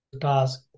task